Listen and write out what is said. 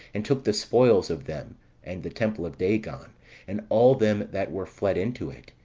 and took the spoils of them and the temple of dagon and all them that were fled into it,